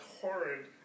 horrid